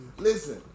Listen